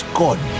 god